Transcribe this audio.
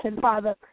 Father